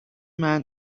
man